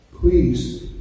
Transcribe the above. please